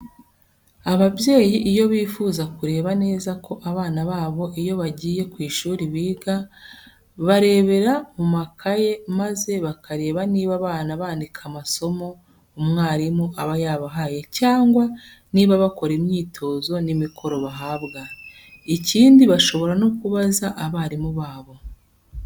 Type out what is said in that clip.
Ababyeyi iyo bifuza kureba neza ko abana babo iyo bagiye ku ishuri biga, barebera mu makayi maze bakareba niba abana bandika amasomo umwarimu aba yabahaye cyangwa niba bakora imyitozo n'imikoro bahabwa. Ikindi bashobora no kubaza abarimu babo.